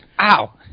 Ow